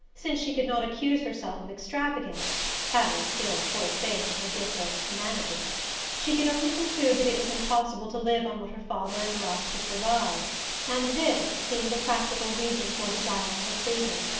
since she could not accuse herself of extravagance having still full faith in her gift of managing she could only conclude that it was impossible to live on what her father and ralph could provide and this seemed a practical reason for desiring her freedom.